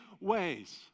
ways